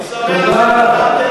תודה רבה.